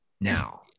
Now